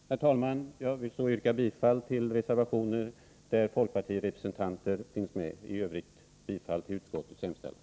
Herr talman! Jag vill till sist yrka bifall till de reservationer där folkpartiets representanter finns med och i övrigt till utskottets hemställan.